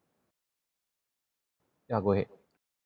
ya go ahead